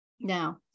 now